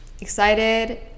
excited